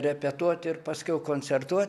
repetuot ir paskiau koncertuot